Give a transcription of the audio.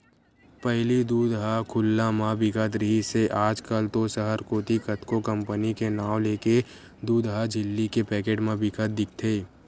पहिली दूद ह खुल्ला म बिकत रिहिस हे आज कल तो सहर कोती कतको कंपनी के नांव लेके दूद ह झिल्ली के पैकेट म बिकत दिखथे